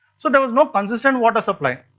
so there was no consistent water supply.